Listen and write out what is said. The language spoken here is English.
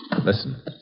Listen